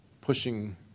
pushing